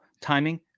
timing